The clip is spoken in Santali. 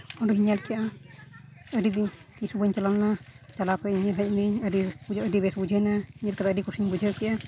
ᱚᱸᱰᱮᱧ ᱧᱮᱞ ᱠᱮᱜᱼᱟ ᱟᱹᱰᱤ ᱫᱤᱱ ᱛᱤᱥ ᱦᱚᱸ ᱵᱟᱹᱧ ᱪᱟᱞᱟᱣ ᱞᱮᱱᱟ ᱪᱟᱞᱟᱣ ᱠᱮᱜᱼᱟᱹᱧ ᱧᱮᱞ ᱦᱮᱡ ᱮᱱᱟᱹᱧ ᱟᱹᱰᱤ ᱟᱹᱰᱤ ᱵᱮᱥ ᱵᱩᱡᱷᱟᱹᱣᱱᱟ ᱧᱮᱞ ᱛᱚᱨᱟ ᱟᱹᱰᱤ ᱠᱩᱥᱤᱧ ᱵᱩᱡᱷᱟᱹᱣ ᱠᱮᱜᱼᱟ